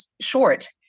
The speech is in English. short